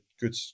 good